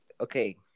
Okay